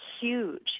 huge